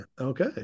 Okay